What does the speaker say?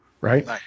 right